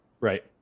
Right